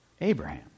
Abraham